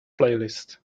playlist